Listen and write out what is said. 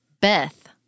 Beth